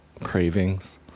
cravings